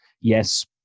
yes